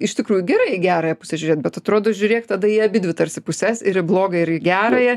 iš tikrųjų gerai į gerąją pusę žiūrėt bet atrodo žiūrėk tada į abidvi tarsi puses ir į blogąją ir į gerąją